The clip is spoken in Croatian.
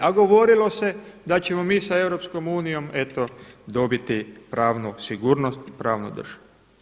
A govorilo se da ćemo mi sa EU eto dobiti pravnu sigurnost, pravnu državu.